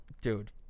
dude